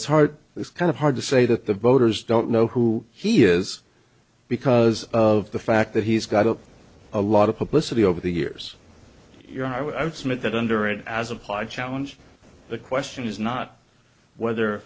it's hard it's kind of hard to say that the voters don't know who he is because of the fact that he's got a lot of publicity over the years you're i would submit that under it as applied challenge the question is not whether